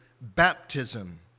baptism